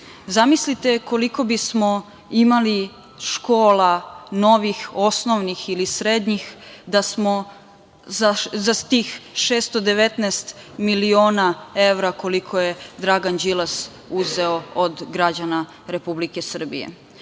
budućnost. Zamislite koliko bi smo imali škola, novih, osnovnih ili srednjih da smo za tih 619 miliona evra, koliko je Dragan Đilas uzeo od građana Republike Srbije.